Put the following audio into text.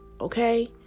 okay